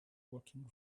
walking